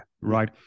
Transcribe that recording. Right